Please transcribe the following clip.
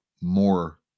more